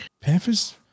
Panthers